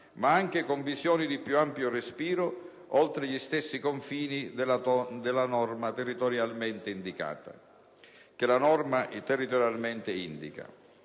ma anche con visioni di più ampio respiro oltre gli stessi confini che la norma territorialmente indica.